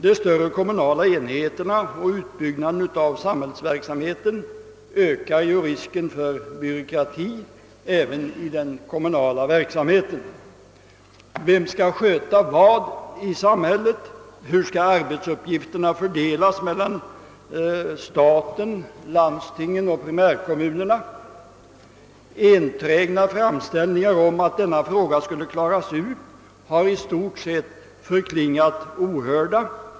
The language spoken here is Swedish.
De större kommunala enheterna och utbyggnaden av samhällsverksamheten ökar risken för byråkrati även i den kommunala verksamheten. Vem skall sköta vad i samhället? Hur skall arbetsuppgifterna fördelas mellan staten, landstingen och primärkommunerna? Enträgna framställningar om att dessa frågor skulle klaras ut har i stort sett förklingat ohörda.